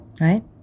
Right